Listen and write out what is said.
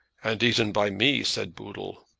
and eaten by me, said boodle.